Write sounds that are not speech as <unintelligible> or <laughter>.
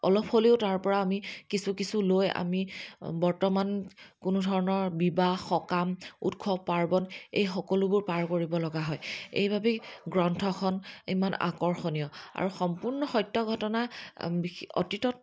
অলপ হ'লেও তাৰ পৰা আমি কিছু কিছু লৈ আমি বৰ্তমান কোনো ধৰণৰ বিবাহ সকাম উৎসৱ পাৰ্ৱণ এই সকলোবোৰ পাৰ কৰিব লগা হয় এইবাবেই গ্ৰন্থখন ইমান আকৰ্ষণীয় আৰু সম্পূৰ্ণ সত্য ঘটনা <unintelligible> অতীতত